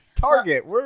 Target